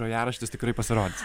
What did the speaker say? grojaraštis tikrai pasirodys